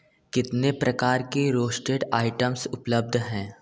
कितने प्रकार की रोस्टेड आइटम्स उपलब्ध हैं